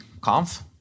Conf